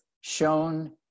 shown